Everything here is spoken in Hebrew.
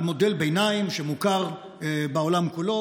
על מודל ביניים שמוכר בעולם כולו,